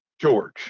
George